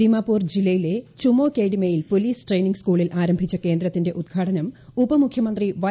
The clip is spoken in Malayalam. ദിമാപൂർ ജില്ലയിലെ ചുമൌകേഡിമയിൽ പോലീസ് ട്രെയിനിംഗ് സ്കൂളിൽ ആരംഭിച്ച കേന്ദ്രത്തിന്റെ ഉദ്ഘാടനം ഉപമുഖ്യമന്ത്രി വൈ